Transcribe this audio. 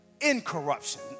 incorruption